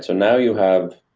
so now you have